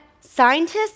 scientists